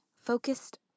focused